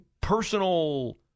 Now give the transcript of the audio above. personal